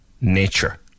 nature